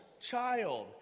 child